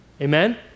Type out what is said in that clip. Amen